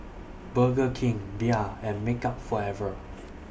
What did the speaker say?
Burger King Bia and Makeup Forever